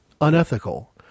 unethical